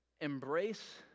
Embrace